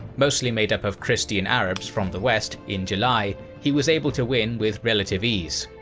mostly made up of christian arabs from the west, in july, he was able to win with relative ease.